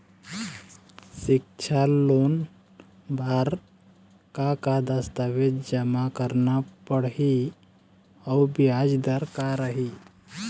सिक्छा लोन बार का का दस्तावेज जमा करना पढ़ही अउ ब्याज दर का रही?